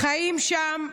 חיים שם,